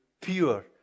pure